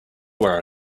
where